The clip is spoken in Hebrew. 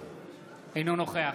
אינו נוכח